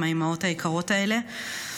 עם האימהות היקרות האלה.